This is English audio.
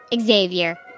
Xavier